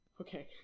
okay